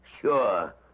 Sure